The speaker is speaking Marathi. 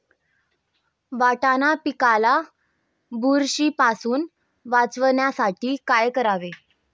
वाटाणा पिकाला बुरशीपासून वाचवण्यासाठी काय करावे?